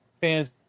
fans